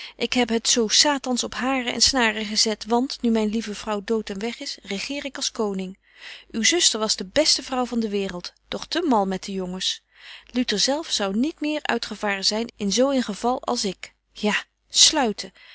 ik heb het zo satans op hairen en snaren gezet want nu myn lieve vrouw dood en weg is regeer ik als koning uw zuster was de beste vrouw van de waereld doch te mal met de jongens luter zelf zou niet meer uitgevaren zyn in zo een geval als ik ja sluiten